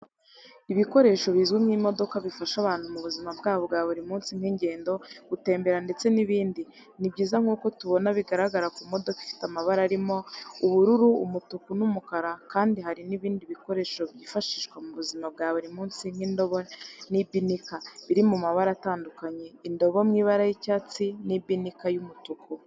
Ibikoresho bizwi nk'imodoka bifasha abantu mubuzima bwabo bwaburimunsi nk'ingenso, gutembera ndetse nibindi. Nibyiza nkuko tubona bigaragara kumudoka ifite amabara arimo ubururu, umutuku, numukara. Kandi hari nibindi bikoresho byifashishwa mubuzima bwa buri munsi nk'indobo na ibinika, Biri mu mabara atandukanye indobo mwibara ry'icyatsi na ibinika y'umutuku.